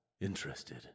interested